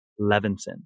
levinson